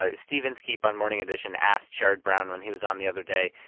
ah steve inskeep on morning edition asked sherrod brown when he was on the other day,